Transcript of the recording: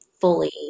fully